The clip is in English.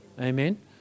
Amen